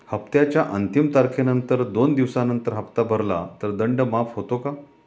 हप्त्याच्या अंतिम तारखेनंतर दोन दिवसानंतर हप्ता भरला तर दंड माफ होतो का?